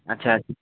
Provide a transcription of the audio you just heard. ଆଚ୍ଛା ଆଚ୍ଛା